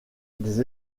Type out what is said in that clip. des